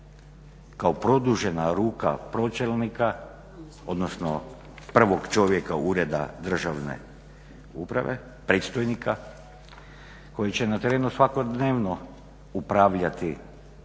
kao produžena ruka pročelnika odnosno prvog čovjeka Ureda državne uprave, predstojnika, koji će na terenu svakodnevno upravljati